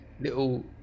little